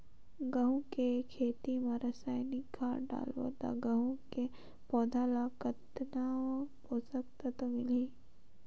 गंहू के खेती मां रसायनिक खाद डालबो ता गंहू के पौधा ला कितन पोषक तत्व मिलही?